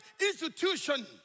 institution